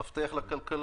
הוא מפתח לכלכלה.